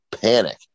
panic